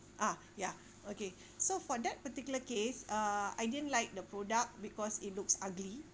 ah ya okay so for that particular case uh I didn't like the product because it looks ugly